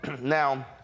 Now